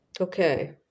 Okay